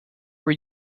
were